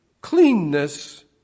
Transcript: cleanness